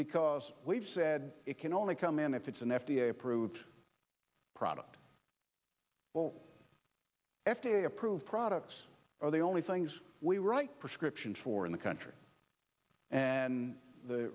because we've said it can only come in if it's an f d a approved product will f d a approved products are the only things we write prescriptions for in the country and the